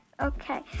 Okay